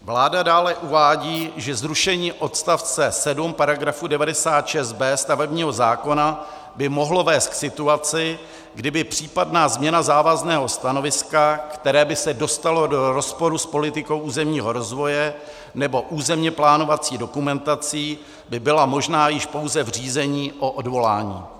Vláda dále uvádí, že zrušení odst. 7 § 96b stavebního zákona by mohlo vést k situaci, kdy by případná změna závazného stanoviska, které by se dostalo do rozporu s politikou územního rozvoje nebo územně plánovací dokumentací, byla možná již pouze v řízení o odvolání.